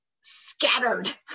scattered